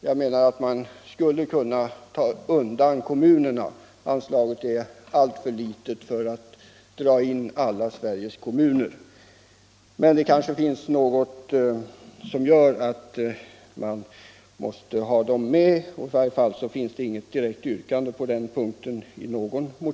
Jag menar att man skulle kunna undanta kommunerna. Anslaget är alltför litet för att fördelas även till dem. Det kanske finns något som gör att de måste vara med. Det finns i varje fall inget direkt yrkande i någon motion att undanta dem.